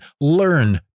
Learn